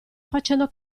facendo